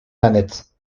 nanette